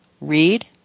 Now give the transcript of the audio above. read